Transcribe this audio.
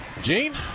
Gene